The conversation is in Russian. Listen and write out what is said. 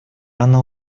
она